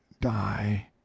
die